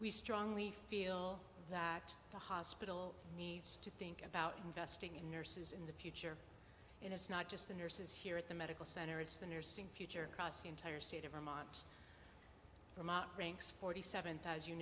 we strongly feel that the hospital needs to think about investing in nurses in the future and it's not just the nurses here at the medical center it's the nursing future cross the entire state of vermont ranks forty seven th